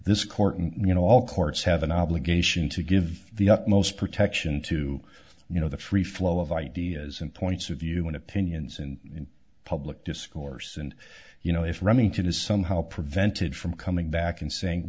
court you know all courts have an obligation to give the utmost protection to you know the free flow of ideas and points of view and opinions and in public discourse and you know if remington is somehow prevented from coming back and saying